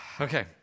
Okay